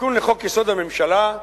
תיקון לחוק-יסוד: הממשלה,